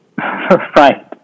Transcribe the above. Right